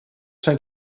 zijn